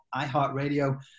iHeartRadio